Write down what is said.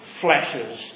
flashes